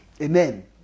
Amen